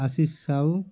Ashish Sahu